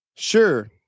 Sure